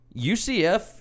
UCF